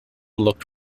looked